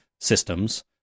systems